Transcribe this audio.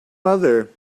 mother